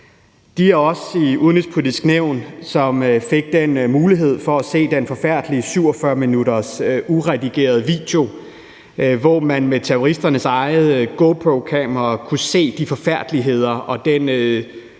Dem af os i Det Udenrigspolitiske Nævn, som fik muligheden for at se den forfærdelige 47 minutters uredigerede video, hvor vi gennem terroristernes eget GoPro-kamera kunne se de forfærdeligheder, de begik,